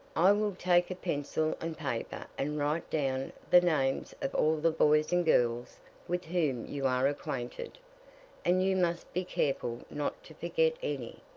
i will take a pencil and paper and write down the names of all the boys and girls with whom you are acquainted and you must be careful not to forget any.